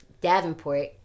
Davenport